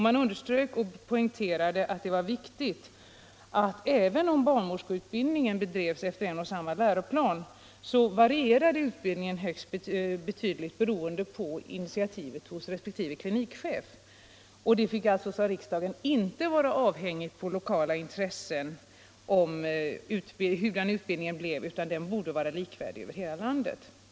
Man underströk att det var viktigt att ändra på det förhållandet att, även om barnmorskeutbildningen bedrevs efter en och samma läroplan, utbildningen varierade högst betydligt beroende på initiativ hos respektive klinikchef. Det fick inte, sade riksdagen, vara avhängigt av lokala intressen hurudan utbildningen blev, utan den borde vara likvärdig över hela landet.